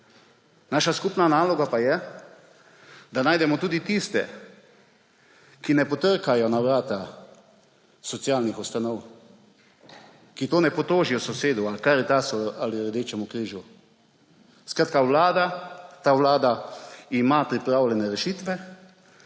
Naša skupna naloga pa je, da najdemo tudi tiste, ki ne potrkajo na vrata socialnih ustanov, ki tega ne potožijo sosedu, Karitasu ali Rdečemu križu. Skratka, ta vlada ima pripravljene rešitve